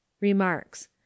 Remarks